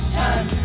time